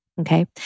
Okay